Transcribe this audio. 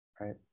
Right